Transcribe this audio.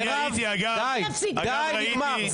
--- מירב, די, נגמר.